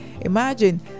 Imagine